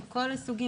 מכל הסוגים.